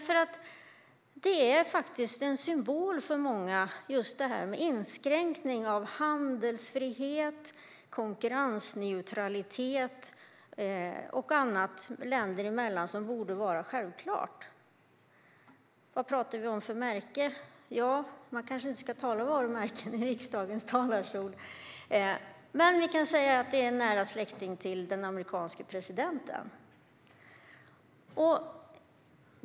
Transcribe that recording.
För många är de nästan en symbol för just inskränkning av handelsfrihet, konkurrensneutralitet och annat länder emellan som borde vara självklart. Vilket märke är det? Man kanske inte ska tala om varumärken i riksdagens talarstol, men jag kan säga att det kan kopplas ihop med en nära släkting till den amerikanske presidenten.